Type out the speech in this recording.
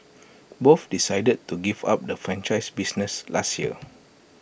both decided to give up the franchise business last year